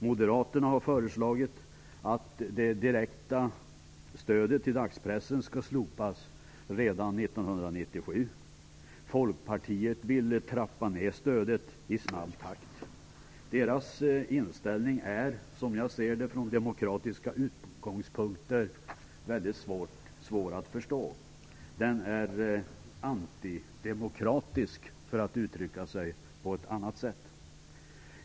Moderaterna har föreslagit att det direkta stödet till dagspressen skall slopas redan 1997. Folkpartiet vill trappa ned stödet i snabb takt. Deras inställning är, som jag ser det, från demokratiska utgångspunkter mycket svår att förstå. Den är antidemokratisk, för att uttrycka sig på ett annat sätt.